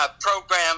program